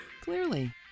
Clearly